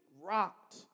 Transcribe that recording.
rocked